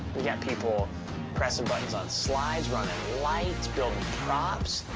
we got people pressing buttons on slides, running lights, building props.